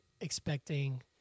expecting